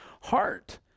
heart